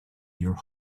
your